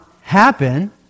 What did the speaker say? happen